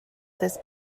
this